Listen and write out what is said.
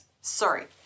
Sorry